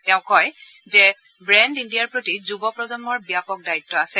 তেওঁ কয় যে ব্ৰেণ্ড ইণ্ডিয়াৰ প্ৰতি যুব প্ৰজন্মৰ ব্যাপক দায়িত্ব আছে